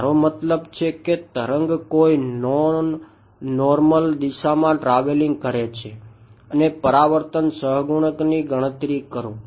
મારો મતલબ છે કે તરંગ કોઈ નોન નોર્મલ સહગુણકની ગણતરી કરો